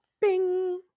bing